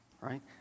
right